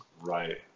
Right